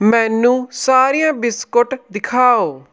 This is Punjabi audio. ਮੈਨੂੰ ਸਾਰੀਆਂ ਬਿਸਕੁਟ ਦਿਖਾਓ